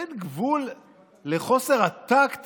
אין גבול לחוסר הטקט